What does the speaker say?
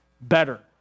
better